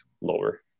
lower